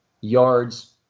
yards